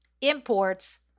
imports